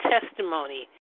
testimony